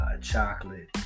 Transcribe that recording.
chocolate